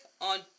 on